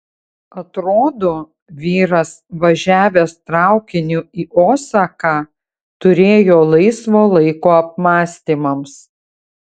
atrodo vyras važiavęs traukiniu į osaką turėjo laisvo laiko apmąstymams